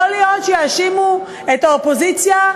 יכול להיות שיאשימו את האופוזיציה,